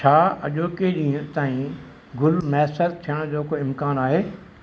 छा अॼोके ॾींहं ताईं ग़ुलु मैसर थियण जो को इम्कान आहे